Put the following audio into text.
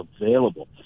available